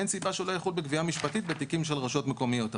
אין סיבה שהוא לא יחול בגבייה משפטית בתיקים של רשויות מקומיות.